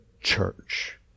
church